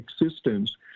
existence